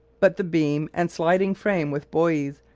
but the beam and sliding frame, with buoys,